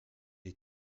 est